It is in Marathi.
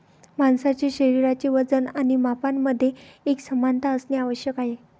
माणसाचे शरीराचे वजन आणि मापांमध्ये एकसमानता असणे आवश्यक आहे